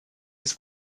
his